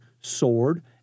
sword